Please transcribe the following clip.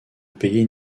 payer